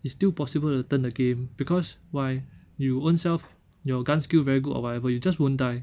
it's still possible to turn the game because why you own self your gun skill very good or whatever you just won't die